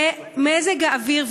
זה מזג האוויר.